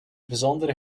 besondere